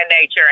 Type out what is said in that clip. nature